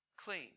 clean